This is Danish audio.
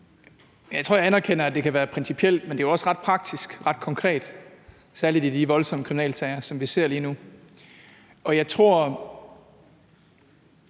Jeg tror, jeg anerkender, at det kan være principielt, men det er jo også ret praktisk og ret konkret, særlig i de voldsomme kriminalsager, som vi ser lige nu. Og selv svære